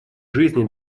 жизни